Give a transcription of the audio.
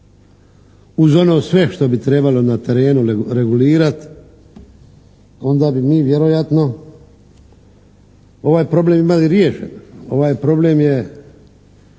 uz ono sve što bi trebalo na terenu regulirati onda bi mi vjerojatno ovaj problem imali riješen. Ovaj problem je